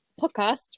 podcast